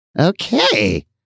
Okay